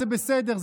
היא בסדר,